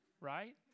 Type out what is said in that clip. right